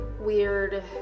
weird